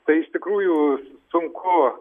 tai iš tikrųjų sunku